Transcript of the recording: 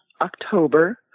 October